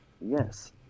Yes